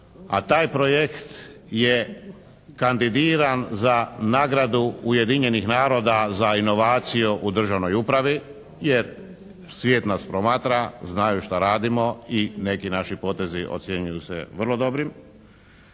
a taj projekt je kandidiran za nagradu Ujedinjenih naroda za inovaciju u državnoj upravi jer svijet nas promatra, znaju šta radimo i neki naši potezi ocjenjuju se vrlo dobrim